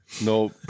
no